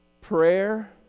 prayer